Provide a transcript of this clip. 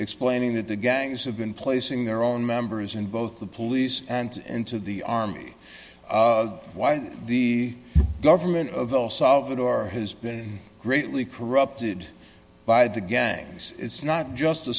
explaining that the gangs have been placing their own members in both the police and into the army while the government of el salvador has been greatly corrupted by the gangs it's not just a